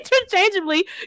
interchangeably